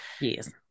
Yes